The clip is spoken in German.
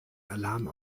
alarm